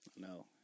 No